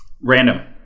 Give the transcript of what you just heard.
random